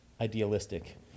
idealistic